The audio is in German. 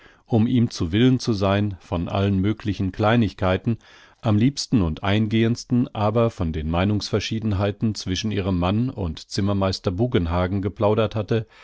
um ihm zu willen zu sein von allen möglichen kleinigkeiten am liebsten und eingehendsten aber von den meinungsverschiedenheiten zwischen ihrem mann und zimmermeister buggenhagen geplaudert hatte